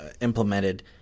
implemented